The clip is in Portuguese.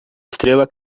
estrela